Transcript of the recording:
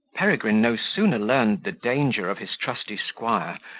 peregrine no sooner learned the danger of his trusty squire,